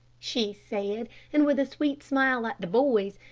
she said, and with a sweet smile at the boys,